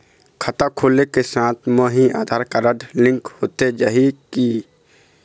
खाता खोले के साथ म ही आधार कारड लिंक होथे जाही की?